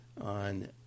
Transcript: on